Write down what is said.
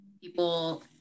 people